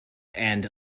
and